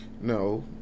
No